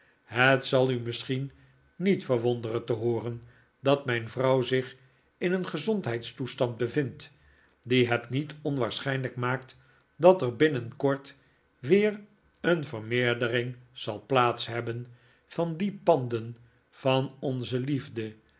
het zal u misschien niet verwonderen te hooren dat mijn vrouw zich in een gezondheidstoestand bevindt die het niet onwaarschijnlijk maakt dat er binnenkort weer een vermeerdering zal plaats hebben van die panden van onze liefde